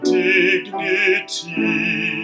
dignity